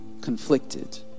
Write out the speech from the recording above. conflicted